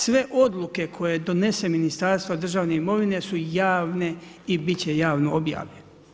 Sve odluke koje donese Ministarstvo državne imovine su javne i biti će javno objavljene.